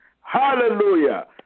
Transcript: Hallelujah